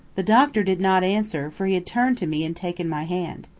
the doctor did not answer, for he had turned to me and taken my hand.